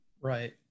Right